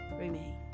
remained